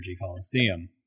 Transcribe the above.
Coliseum